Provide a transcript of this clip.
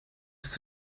bist